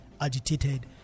agitated